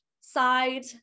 side